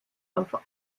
auf